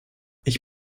ich